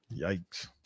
Yikes